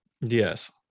Yes